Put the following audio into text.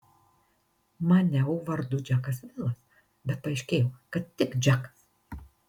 maniau vardu džekas vilas bet paaiškėjo kad tik džekas